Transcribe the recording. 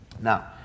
Now